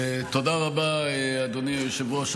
תודה רבה, אדוני היושב-ראש.